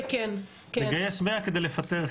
מגייס 100 כדי לפטר.